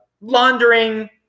laundering